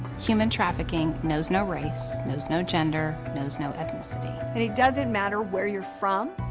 human trafficking knows no race, knows no gender, knows no ethnicity. and it doesn't matter where you're from,